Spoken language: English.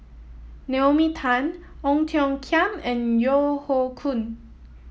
Naomi Tan Ong Tiong Khiam and Yeo Hoe Koon